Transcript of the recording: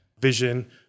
vision